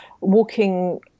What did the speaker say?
walking